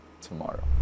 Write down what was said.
tomorrow